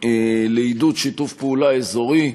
לעידוד שיתוף פעולה אזורי,